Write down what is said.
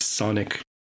Sonic